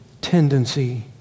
tendency